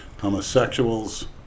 homosexuals